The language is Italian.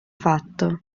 fatto